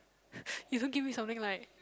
you don't give me something like